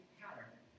pattern